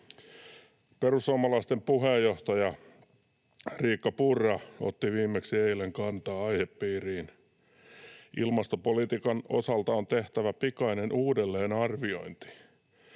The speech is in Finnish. Perussuomalaisten puheenjohtaja Riikka Purra otti viimeksi eilen kantaa aihepiiriin: ”Ilmastopolitiikan osalta on tehtävä pikainen uudelleenarviointi.